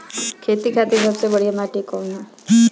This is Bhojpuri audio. खेती खातिर सबसे बढ़िया माटी कवन ह?